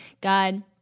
God